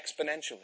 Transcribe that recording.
exponentially